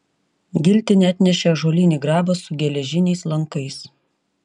giltinė atnešė ąžuolinį grabą su geležiniais lankais